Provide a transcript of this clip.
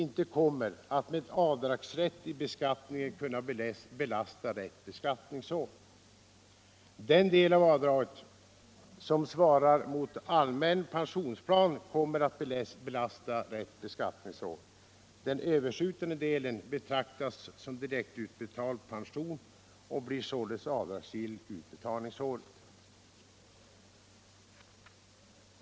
inte kommer att med avdragsrätt i beskattningen kunna belasta rätt beskattningsår.” Den del av avdraget som svarar mot allmän pensionsplan kommer att belasta rätt beskattningsår. Den överskjutande delen betraktas som direktutbetald pension och blir således avdragsgill under beskattningsåret.